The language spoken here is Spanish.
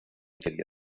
quería